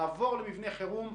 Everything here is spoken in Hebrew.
לעבור למבנה חירום,